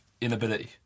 inability